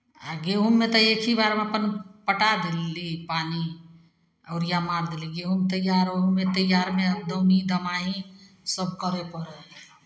आ गेहूँमे तऽ एक ही बारमे अपन पटा देली पानि यूरिया मारि देली गेहूँ तैयार ओहिमे तैयारमे दौनी दमाइनी सभ करय पड़ै हइ